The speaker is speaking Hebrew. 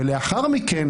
"לאחר מכן,